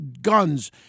guns